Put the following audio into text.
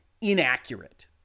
inaccurate